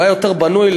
הוא היה יותר בנוי,